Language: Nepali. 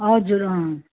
हजुर अँ